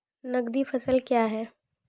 नगदी फसल क्या हैं?